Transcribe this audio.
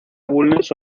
bulnes